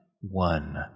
One